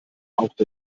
haucht